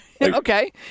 Okay